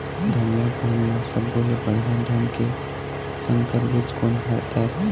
धनिया पान म सब्बो ले बढ़िया ढंग के संकर बीज कोन हर ऐप?